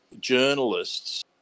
journalists